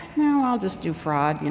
no, i'll just do fraud. you know